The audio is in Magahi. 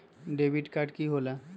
डेबिट काड की होला?